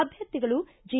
ಅಭ್ಯರ್ಥಿಗಳು ಜಿ